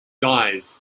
dies